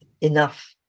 enough